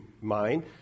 mind